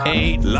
eight